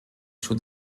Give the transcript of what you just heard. schon